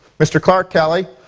mr. clark kelly,